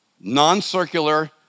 non-circular